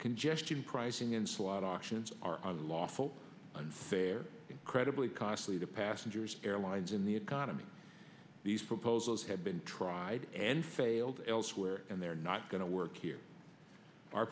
congestion pricing and slot auctions are lawful unfair incredibly costly to passengers airlines in the economy these proposals have been tried and failed elsewhere and they're not going to work here our